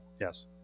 Yes